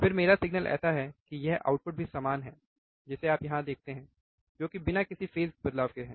फिर मेरा सिग्नल ऐसा है कि यह आउटपुट भी समान है जिसे आप यहां देखते हैं जो कि बिना किसी फेज़ बदलाव के है